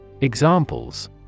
Examples